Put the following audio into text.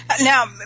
Now